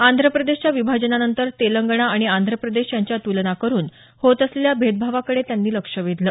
आंध्रप्रदेशाच्या विभाजनानंतर तेलंगणा आणि आंध्रप्रदेश यांच्या तुलना करून होत असलेल्या भेदभावाकडे त्यांनी लक्ष वेधलं